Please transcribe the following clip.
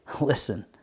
listen